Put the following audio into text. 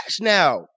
now